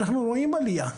אנחנו רואים עלייה,